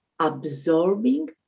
absorbing